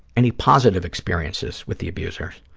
any positive experiences with the abusers?